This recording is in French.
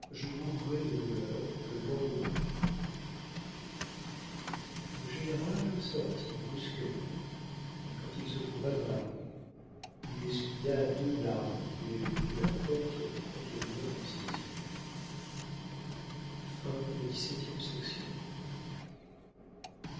je mourrais de douleur le lendemain le général sortit brusquement mais quand il se trouva dans la rue il essuya deux larmes qu'il avait eu la force de contenir dans ses yeux